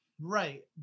right